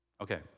Okay